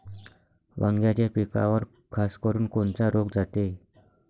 वांग्याच्या पिकावर खासकरुन कोनचा रोग जाते?